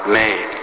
made